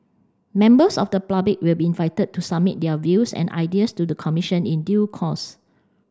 members of the public will be invited to submit their views and ideas to the Commission in due course